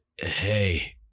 hey